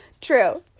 True